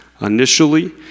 initially